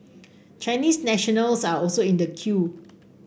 Chinese nationals are also in the queue